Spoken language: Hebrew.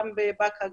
גם בבאקה,